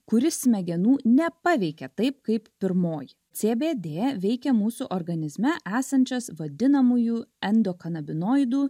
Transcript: kuri smegenų nepaveikia taip kaip pirmoji cbd veikia mūsų organizme esančias vadinamųjų endo kanabinoidų